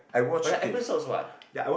but they are episodes what